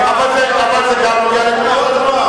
חבר הכנסת אורון,